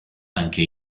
anche